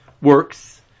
works